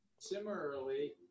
Similarly